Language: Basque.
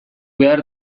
behar